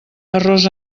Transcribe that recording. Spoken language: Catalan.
arròs